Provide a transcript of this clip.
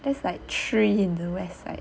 that's like three in the west side